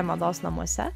mados namuose